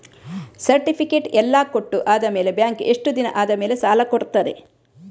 Certificate ಎಲ್ಲಾ ಕೊಟ್ಟು ಆದಮೇಲೆ ಬ್ಯಾಂಕ್ ಎಷ್ಟು ದಿನ ಆದಮೇಲೆ ಸಾಲ ಕೊಡ್ತದೆ?